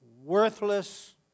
worthless